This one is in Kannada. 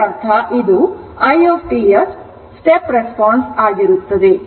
ಆದ್ದರಿಂದ ಇದರರ್ಥ ಇದು i t ಯ step response ಆಗಿರುತ್ತದೆ